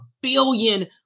billion